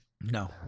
No